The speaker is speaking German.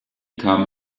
kam